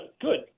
good